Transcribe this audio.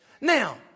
Now